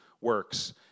works